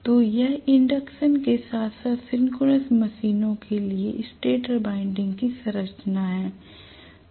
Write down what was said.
तो यह इंडक्शन के साथ साथ सिंक्रोनस मशीनों के लिए स्टेटर वाइंडिंग की संरचना है